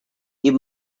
you